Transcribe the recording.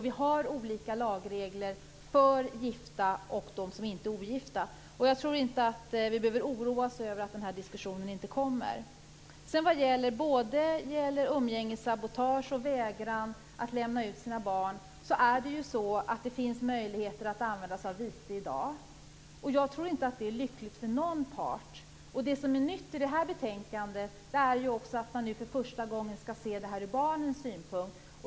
Vi har olika lagregler för gifta och för ogifta. Jag tror inte att vi behöver oroa oss för att den diskussionen inte kommer. Både vid umgängessabotage och vägran att lämna ut sina barn finns det i dag möjlighet att använda sig av vite. Jag tror inte att det är lyckligt för någon part. Det som är nytt i det här betänkandet är att man nu för första gången skall se detta ur barnens synpunkt.